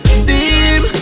steam